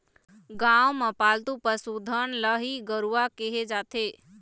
गाँव म पालतू पसु धन ल ही गरूवा केहे जाथे